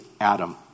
Adam